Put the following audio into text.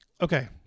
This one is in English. okay